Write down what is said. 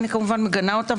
אני כמובן מגנה אותה,